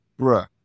bruh